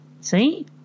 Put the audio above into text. See